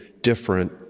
different